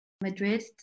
Madrid